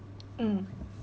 mm